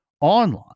online